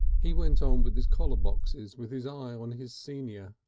he went on with his collar boxes with his eye on his senior,